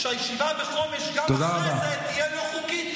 הישיבה בחומש גם אחרי זה תהיה לא חוקית,